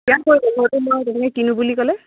কিমান পৰিব মই তেনেকৈ কিনো বুলি ক'লে